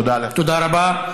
תודה רבה.